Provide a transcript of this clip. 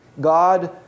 God